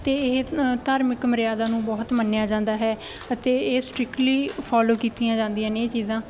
ਅਤੇ ਇਹ ਧਾਰਮਿਕ ਮਰਿਆਦਾ ਨੂੰ ਬਹੁਤ ਮੰਨਿਆ ਜਾਂਦਾ ਹੈ ਅਤੇ ਇਹ ਸਟਰਿਕਲੀ ਫੋਲੋ ਕੀਤੀਆਂ ਜਾਂਦੀਆਂ ਨੇ ਇਹ ਚੀਜ਼ਾਂ